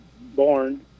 born